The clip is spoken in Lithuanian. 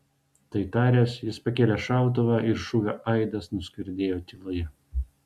tai taręs jis pakėlė šautuvą ir šūvio aidas nuskardėjo tyloje